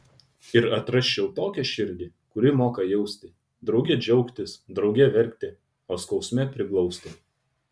ir atrasčiau tokią širdį kuri moka jausti drauge džiaugtis drauge verkti o skausme priglausti